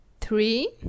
three